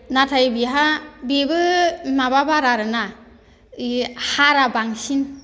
नाथाय बिहा बेबो माबा बारा आरोना इ हारा बांसिन